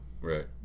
Right